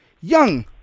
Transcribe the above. Young